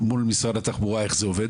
מול משרד התחבורה איך זה עובד?